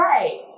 Right